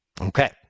Okay